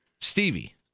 Stevie